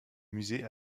musée